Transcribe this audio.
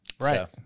Right